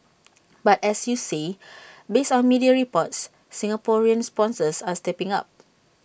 but as you see based on media reports Singaporean sponsors are stepping up